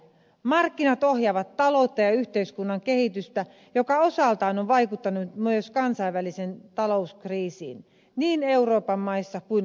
markkinat ohjaavat taloutta ja yhteiskunnan kehitystä mikä osaltaan on vaikuttanut myös kansainväliseen talouskriisiin niin euroopan maissa kuin laajemmaltikin